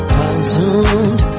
consumed